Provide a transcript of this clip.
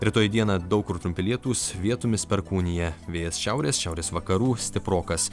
rytoj dieną daug kur trumpi lietūs vietomis perkūnija vėjas šiaurės šiaurės vakarų stiprokas